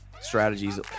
strategies